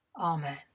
Amen